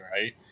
right